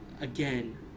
Again